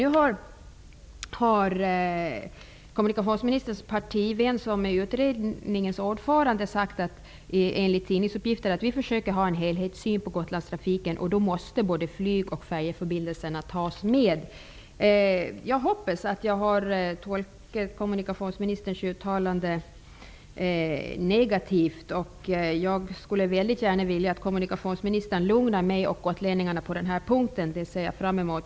Nu har kommunikationsministerns partivän som är ordförande i utredningen sagt, enligt tidningsuppgifter, att man försöker ha en helhetssyn på Gotlandstrafiken, och då måste både flyg och färjeförbindelserna tas med. Jag hoppas att jag har tolkat kommunikationsministerns uttalande negativt, och jag skulle gärna vilja att kommunikationsministern lugnade mig och gotlänningarna på denna punkt. Det ser jag fram emot.